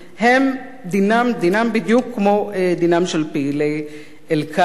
דינם בדיוק כמו דינם של פעילי "אל-קאעידה",